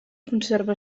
conserva